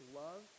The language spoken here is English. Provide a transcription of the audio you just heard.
love